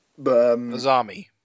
Azami